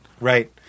Right